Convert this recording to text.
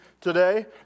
today